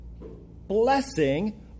blessing